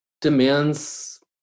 demands